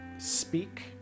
speak